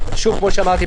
שוב כמו שאמרתי,